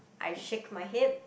I shake my head